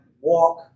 walk